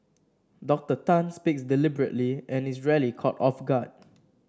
Doctor Tan speaks deliberately and is rarely caught off guard